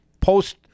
post